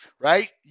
right